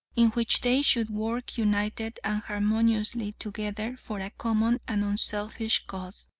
in which they should work united and harmoniously together for a common and unselfish cause,